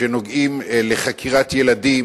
שנוגעים לחקירת ילדים,